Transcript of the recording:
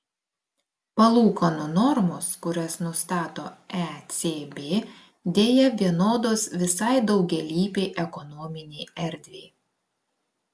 palūkanų normos kurias nustato ecb deja vienodos visai daugialypei ekonominei erdvei